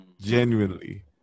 Genuinely